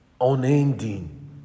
unending